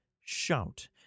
shout